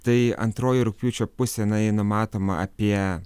tai antroji rugpjūčio pusė na ji numatoma apie